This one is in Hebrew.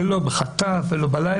זה לא בחטף, ולא בלילה.